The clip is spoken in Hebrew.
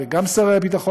וגם שר הביטחון,